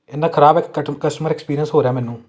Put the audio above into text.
ਐਨਾ ਖਰਾਬ ਕਟ ਕਸਟਮਰ ਐਕਸਪੀਰੀਅੰਸ ਹੋ ਰਿਹਾ ਮੈਨੂੰ